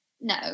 No